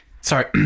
sorry